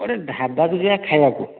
ଗୋଟେ ଢାବା କୁ ଯିବା ଖାଇବାକୁ